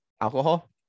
alcohol